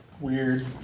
Weird